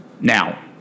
Now